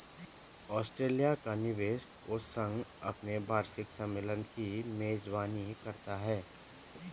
Australia का निवेश कोष संघ अपने वार्षिक सम्मेलन की मेजबानी करता है